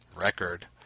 record